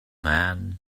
man